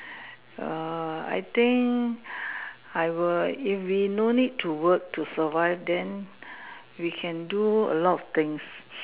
err I think I would if we no need to work to survive then we can do a lot of things